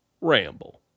Ramble